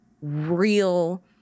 real